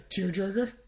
Tearjerker